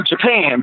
Japan